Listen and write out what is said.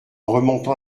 remontant